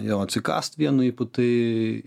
jo atsikąst vieno ypu tai